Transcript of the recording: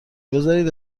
بذارید